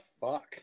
fuck